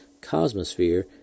Cosmosphere